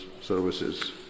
services